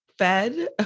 fed